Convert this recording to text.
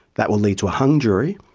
that will lead to a hung jury,